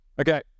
Okay